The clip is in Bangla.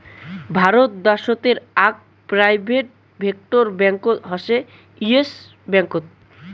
ভারত দ্যাশোতের আক প্রাইভেট সেক্টর ব্যাঙ্কত হসে ইয়েস ব্যাঙ্কত